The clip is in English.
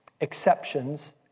exceptions